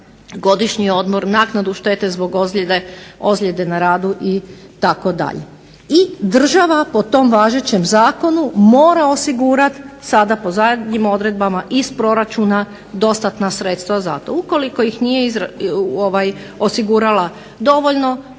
godišnji odmor, naknadu štete zbog ozljede na radu itd. I država po tom važećem zakonu mora osigurati sada po zadnjim odredbama iz proračuna dostatna sredstva za to. Ukoliko ih nije osigurala dovoljno